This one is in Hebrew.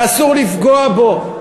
ואסור לפגוע בו.